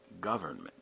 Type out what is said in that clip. government